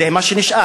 זה מה שנשאר.